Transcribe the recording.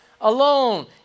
alone